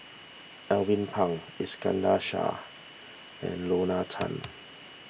Alvin Pang Iskandar Shah and Lorna Tan